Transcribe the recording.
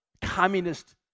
communist